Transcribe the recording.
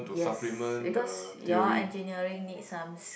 yes because you all engineering need some s~